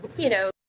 you know,